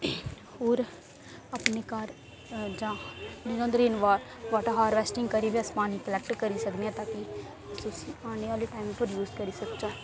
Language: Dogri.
ते होर अपने घर जां वॉटर हारवैस्टिंग करियै अस पानी कलैक्ट करी सकने ता कि उसी औने आह्ले टाईम पर यूज़ करी सकचै